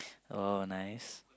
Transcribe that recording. oh nice